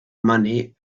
money